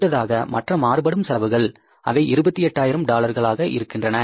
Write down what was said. அடுத்ததாக மற்ற மாறுபடும் செலவுகள் அவை 28000 டாலர்களாக இருக்கின்றன